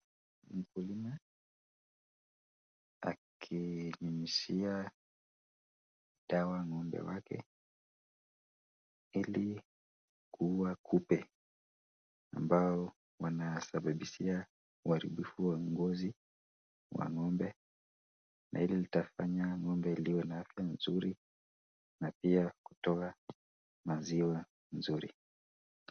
Mkulima akinyunyisia dawa ng'ombe wake ili kuua kupe ambao wanasababisia uharibifu wa ngozi wa ng'ombe na hili litafanya ng'ombe liwe na afya mzuri na pia kutoa maziwa mzuri.